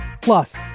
Plus